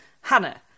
Hannah